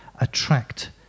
attract